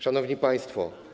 Szanowni Państwo!